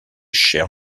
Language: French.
chair